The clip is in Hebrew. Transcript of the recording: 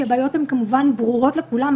כי הבעיות הן כמובן ברורות לכולם.